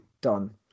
done